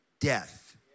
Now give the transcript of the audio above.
death